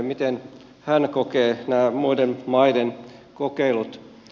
miten hän kokee nämä muiden maiden kokeilut